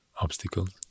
Obstacles